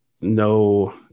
no